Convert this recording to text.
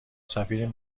سفیر